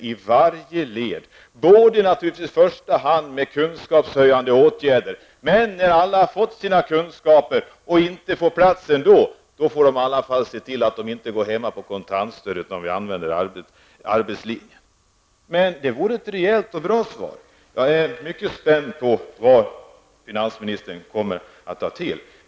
I första hand skall den bekämpas med kunskapshöjande åtgärder, men när alla har fått sina kunskaper och ändå inte får plats på arbetsmarknaden, då måste man i alla fall se till att de inte går hemma på kontantstöd utan att det är arbetslinjen som gäller. Det vore ett rejält och bra svar. Jag är mycket spänd på vad finansministern kommer att ta till.